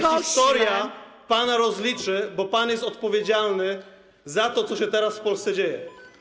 Ale historia pana rozliczy, bo pan jest odpowiedzialny za to, co się teraz w Polsce dzieje.